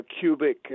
cubic